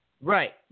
Right